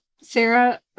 Sarah